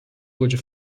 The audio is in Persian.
گوجه